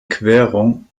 querung